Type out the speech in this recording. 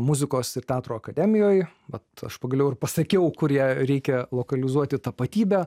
muzikos ir teatro akademijoj bet aš pagaliau ir pasakiau kur ją reikia lokalizuoti tapatybę